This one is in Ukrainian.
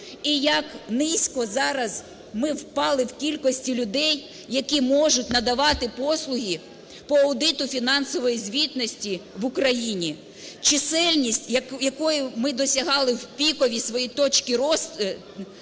і як низько зараз ми впали в кількості людей, які можуть надавати послуги по аудиту фінансової звітності в Україні. Чисельність, якої ми досягали в пікові свої точки росту,